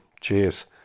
Cheers